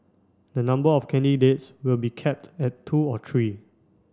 the number of candidates will be capped at two or three